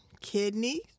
kidneys